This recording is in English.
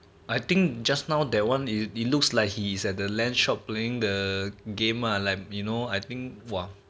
I think just now that one it it looks like he's at the land shop playing the game ah like you know I think !wah!